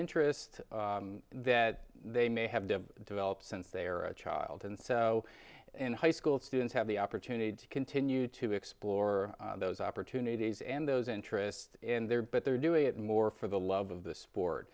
interest that they may have the developed since they are a child and so in high school students have the opportunity to continue to explore those opportunities and those interest in there but they're doing it more for the love of the sport